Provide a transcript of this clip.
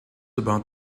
about